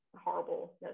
horrible